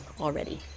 already